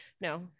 No